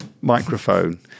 microphone